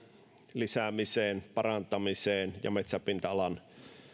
lisäämiseen ja parantamiseen sekä metsäpinta alan